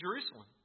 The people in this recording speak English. Jerusalem